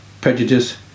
prejudice